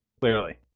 Clearly